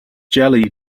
jelly